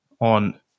on